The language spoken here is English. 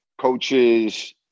Coaches